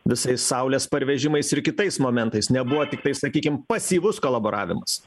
visais saulės pervežimais ir kitais momentais nebuvo tiktai sakykim pasyvus kolaboravimas